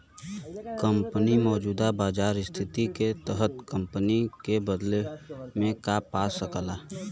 company मौजूदा बाजार स्थिति के तहत संपत्ति के बदले में का पा सकला